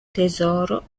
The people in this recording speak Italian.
tesoro